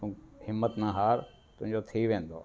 तू हिमत न हार तुंहिंजो थी वेंदो